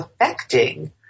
affecting